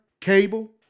cable